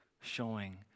showing